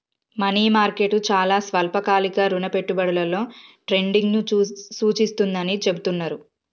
money market చాలా స్వల్పకాలిక రుణ పెట్టుబడులలో ట్రేడింగ్ను సూచిస్తుందని చెబుతున్నరు